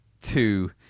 two